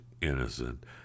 innocent